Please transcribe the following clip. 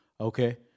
okay